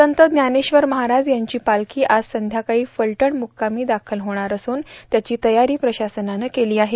संत ज्ञानेश्वर महाराज यांची पालखी आज संध्याकाळी फलटण म्रक्कामी दाखल होणार असून त्याची तयारी प्रशासनानं केली आहे